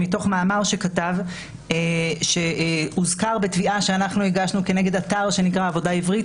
מתוך מאמר שכתב והוזכר בתביעה שאנחנו הגשנו נגד אתר שנקרא עבודה עברית.